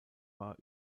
war